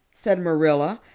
said marilla,